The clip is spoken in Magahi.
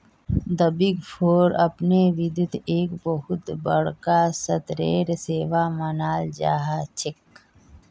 द बिग फोर अपने बितु एक बहुत बडका स्तरेर सेवा मानाल जा छेक